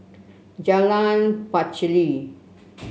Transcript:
Jalan Pacheli